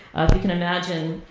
if you can imagine,